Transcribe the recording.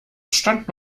stand